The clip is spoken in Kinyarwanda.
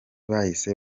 bahise